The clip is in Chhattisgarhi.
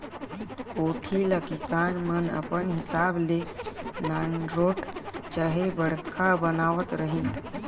कोठी ल किसान मन अपन हिसाब ले नानरोट चहे बड़खा बनावत रहिन